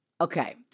Okay